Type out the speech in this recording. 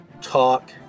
talk